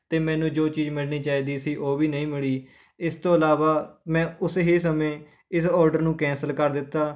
ਅਤੇ ਮੈਨੂੰ ਜੋ ਚੀਜ਼ ਮਿਲਣੀ ਚਾਹੀਦੀ ਸੀ ਉਹ ਵੀ ਨਹੀਂ ਮਿਲੀ ਇਸ ਤੋਂ ਇਲਾਵਾ ਮੈਂ ਉਸ ਹੀ ਸਮੇਂ ਇਸ ਓਡਰ ਨੂੰ ਕੈਂਸਲ ਕਰ ਦਿੱਤਾ